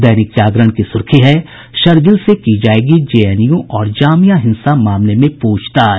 दैनिक जागरण की सुर्खी है शरजील से की जायेगी जेएनयू और जामिया हिंसा मामले में पूछताछ